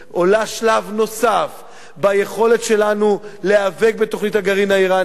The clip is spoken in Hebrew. עולה שלב נוסף ביכולת שלנו להיאבק בתוכנית הגרעין האירנית.